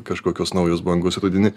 kažkokios naujos bangos rudenį